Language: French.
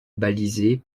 balisé